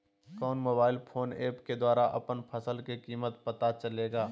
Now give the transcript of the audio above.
कौन mobile phone app के द्वारा अपन फसल के कीमत पता चलेगा?